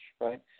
right